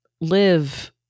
live